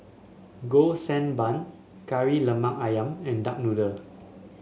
Golden Sand Bun Kari Lemak ayam and Duck Noodle